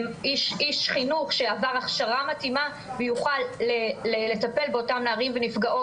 איש חינוך שעבר הכשרה מתאימה ויוכל לטפל באותם נערים ונפגעות